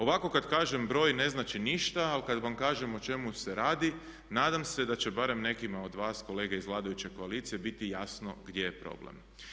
Ovako kada kažem broj ne znači ništa ali kada vam kažem o čemu se radi, nadam se da će barem nekima od vas kolege iz vladajuće koalicije biti jasno gdje je problem.